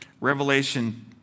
Revelation